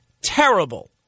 terrible